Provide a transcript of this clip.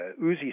Uzi